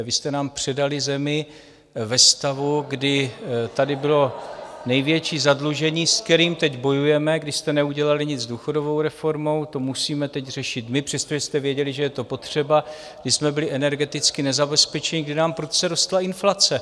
Vy jste nám předali zemi ve stavu , kdy tady bylo největší zadlužení, s kterým teď bojujeme, kdy jste neudělali nic s důchodovou reformou, to musíme teď řešit my, přestože jste věděli, že je to potřeba, my jsme byli energeticky nezabezpečení, kdy nám prudce rostla inflace.